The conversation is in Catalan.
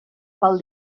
val